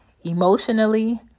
emotionally